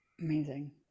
Amazing